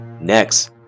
Next